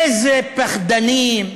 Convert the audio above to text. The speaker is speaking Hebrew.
איזה פחדנים,